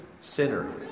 sinner